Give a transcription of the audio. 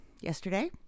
yesterday